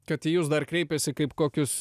kad į jus dar kreipiasi kaip kokius